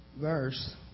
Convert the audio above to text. verse